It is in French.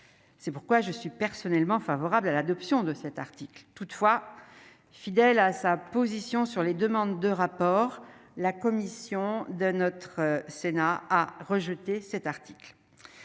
C'est pourquoi je suis personnellement favorable à l'adoption de cet article, toutefois, fidèle à sa position sur les demandes de rapport, la commission de notre Sénat a rejeté cet article,